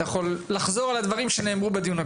אתה יכול לחזור על הדברים שנאמרו בדיון הקודם?